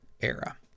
Era